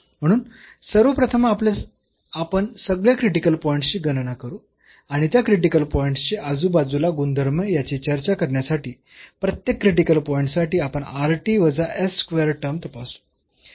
म्हणून सर्वप्रथम आपण सगळ्या क्रिटिकल पॉईंट्सची गणना करू आणि त्या क्रिटिकल पॉईंट्स चे आजूबाजूला गुणधर्म याची चर्चा करण्यासाठी प्रत्येक क्रिटिकल पॉईंट साठी आपण rt वजा s स्क्वेअर टर्म तपासू